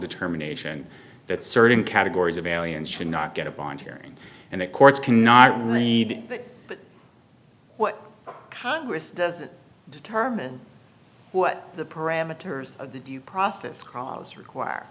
determination that certain categories of aliens should not get a bond hearing and that courts cannot read that what congress doesn't determine what the parameters of the due process clause require